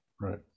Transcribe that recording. right